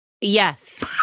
Yes